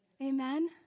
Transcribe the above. Amen